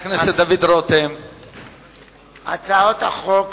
הצעות החוק